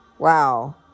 Wow